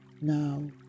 Now